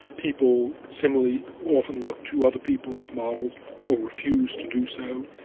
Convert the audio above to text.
people similarly often look to other people as models or refuse to do so.